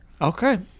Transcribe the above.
Okay